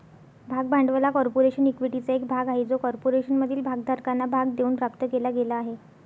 भाग भांडवल हा कॉर्पोरेशन इक्विटीचा एक भाग आहे जो कॉर्पोरेशनमधील भागधारकांना भाग देऊन प्राप्त केला गेला आहे